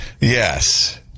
Yes